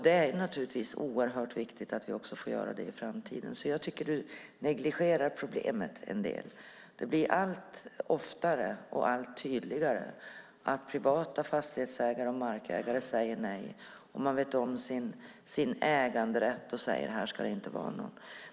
Det är oerhört viktigt att vi också får göra det i framtiden. Jag tycker att Eva Bengtson Skogsberg negligerar problemet. Det sker allt oftare och allt tydligare att privata fastighetsägare och markägare säger nej, och man är medveten om sin äganderätt och säger ifrån.